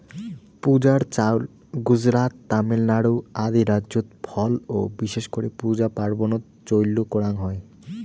পূজার চাউল গুজরাত, তামিলনাড়ু আদি রাইজ্যত ফল ও বিশেষ করি পূজা পার্বনত চইল করাঙ হই